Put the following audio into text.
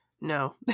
no